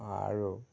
আৰু